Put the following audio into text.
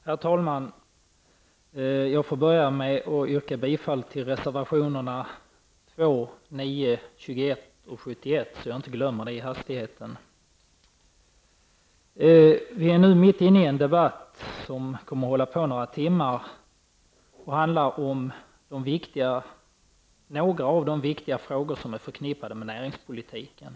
Herr talman! Jag vill börja med att yrka bifall till reservationerna 2, 9, 21 och 71, så att jag inte glömmer det i hastigheten. Vi är nu mitt inne i en debatt som kommer att hålla på några timmar. Den handlar om några av de viktiga frågor som är förknippade med näringspolitiken.